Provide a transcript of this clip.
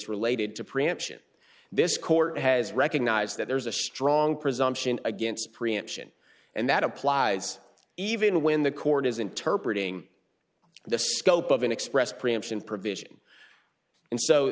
related to preemption this court has recognized that there's a strong presumption against preemption and that applies even when the court has interpreted the scope of an express preemption provision and so